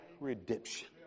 redemption